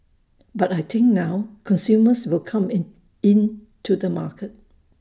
but I think now consumers will come in to the market